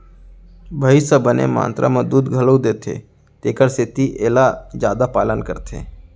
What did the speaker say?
भईंस ह बने मातरा म दूद घलौ देथे तेकर सेती एला जादा पालन करथे